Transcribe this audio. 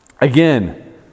Again